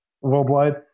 worldwide